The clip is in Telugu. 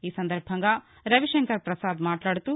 ఈ సందర్బంగా రవిశంకర్ ప్రసాద్ మాట్లాడుతూ